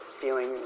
feeling